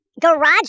garage